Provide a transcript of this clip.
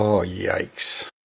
um yikes.